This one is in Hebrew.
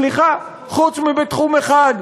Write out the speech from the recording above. סליחה, חוץ מתחום אחד,